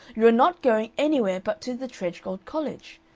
you are not going anywhere but to the tredgold college.